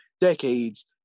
decades